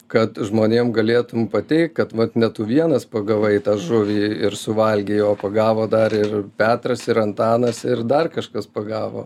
kad žmonėm galėtum pateikt kad vat ne tu vienas pagavai tą žuvį ir suvalgei o pagavo dar ir petras ir antanas ir dar kažkas pagavo